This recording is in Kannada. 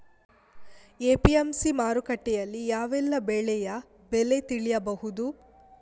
ಎ.ಪಿ.ಎಂ.ಸಿ ಮಾರುಕಟ್ಟೆಯಲ್ಲಿ ಯಾವೆಲ್ಲಾ ಬೆಳೆಯ ಬೆಲೆ ತಿಳಿಬಹುದು?